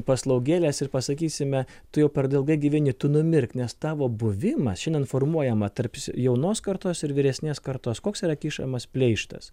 paslaugėles ir pasakysime tu jau per ilgai gyveni tu numirk nes tavo buvimas šiandien formuojama tarp jaunos kartos ir vyresnės kartos koks yra kišamas pleištas